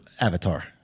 avatar